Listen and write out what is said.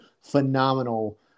phenomenal